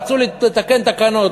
רצו לתקן תקנות,